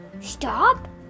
stop